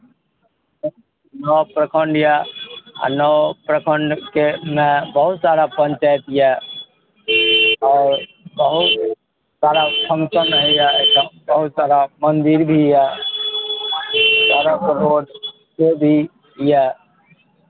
नओ प्रखण्ड यए आ नओ प्रखंडके मे बहुत सारा पञ्चायत यए आओर बहुत सारा फंक्शन होइए एहिठाम बहुत सारा मन्दिर भी यए सड़क रोड से भी यए